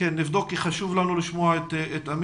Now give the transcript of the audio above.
חשוב לנו לשמוע אותו.